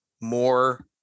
more